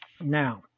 Now